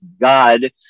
God